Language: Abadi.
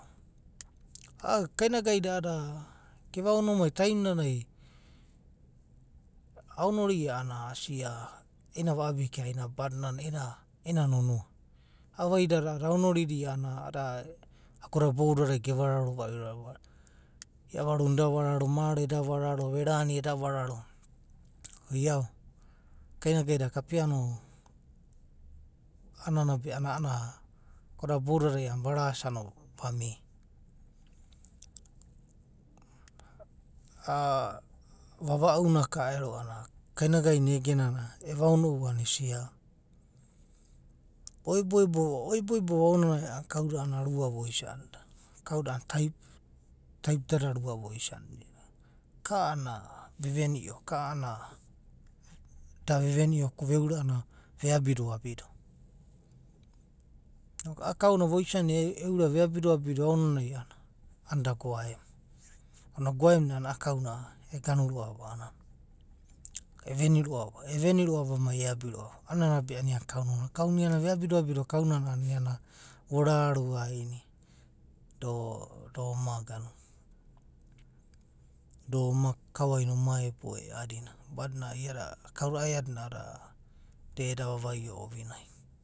A’a kainagai da gava onimai time nanai aonoria a’anana asia, i’inana va abikainia badinana i’inaina nonoa. a’a vaidadoa aonoridia a’anana ago’da bou dadi gavanraro da roa’va. iavaruna eda vararo. mara eda vararo. verari. eda vararo. Ko ia kainagaina kapeano a’anana be ago da bou dadai varasiano. vamia. A’a vava’u na kanana kainagaina ege nana evaoniu a’anana esia. oe boebo va, oe boebo va aonanai a’anana kau da rua voisanida. kauda a’adada type rua voisani dia. Ka a’anana ve venio. ka a’anana da ve venio ko veura a’anana ve abi do abi do. Noku a’a kauna voisana eurava ve abi do abi do a’anana da goa’emu, onina goa’emu na a’anana a’a kauna e’ganu roa’va, a’anana a’anana e veni roa’va, e. Veni roa’va mai e abi roa’va. a’anana be a’anana iona kam nonoa. Kau na iana ve abi do abi do kau nana be a’anana vo ra ru’a ainia do, daoma ganu, daoma kao. ainia uma ebo e a’anana badinana iada, kauna a’adina a’a dada da eda. uavaio ouinai.